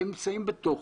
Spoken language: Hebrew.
הם נמצאים בתוכו.